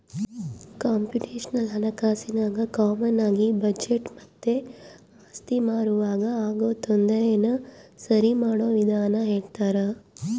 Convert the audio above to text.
computational ಹಣಕಾಸಿನಾಗ ಕಾಮಾನಾಗಿ budget ಮತ್ತೆ ಆಸ್ತಿ ಮಾರುವಾಗ ಆಗೋ ತೊಂದರೆನ ಸರಿಮಾಡೋ ವಿಧಾನ ಹೇಳ್ತರ